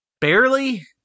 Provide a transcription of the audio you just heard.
barely